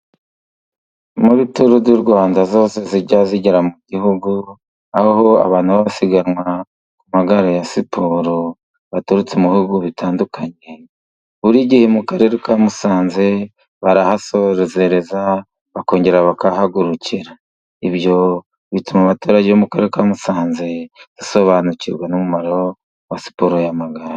Muri turudirwanda zose zijya zigera mu gihugu, aho abantu baba basiganwa ku magare ya siporo baturutse mu bihugu bitandukanye, buri gihe mu karere ka Musanze barahasoreza, bakongera bakahahagurukira. Ibyo bituma abaturage bo mu karere ka Musanze basobanukirwa n'umumaro wa siporo y'amagare.